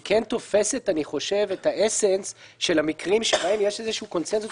שכן תופסת את האסנס של המקרים שבהם יש קונצנזוס